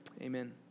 amen